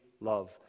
love